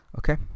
Okay